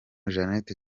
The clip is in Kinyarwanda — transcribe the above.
jeannette